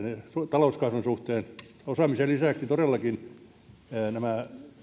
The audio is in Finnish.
talouskasvun suhteen osaamisen lisäksi todellakin nämä